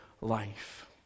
life